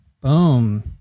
Boom